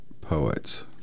poets